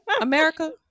america